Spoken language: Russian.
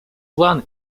план